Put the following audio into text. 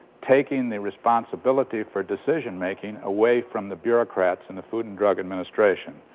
taking the responsibility for decision making away from the bureaucrats in the food and drug administration.